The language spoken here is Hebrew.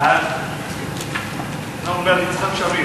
ההצעה להעביר את הצעת חוק תשלומים